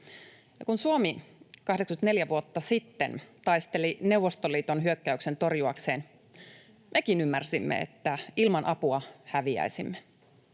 kun Suomi 84 vuotta sitten taisteli Neuvostoliiton hyökkäyksen torjuakseen, mekin ymmärsimme, että ilman apua häviäisimme.